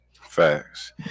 Facts